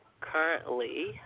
Currently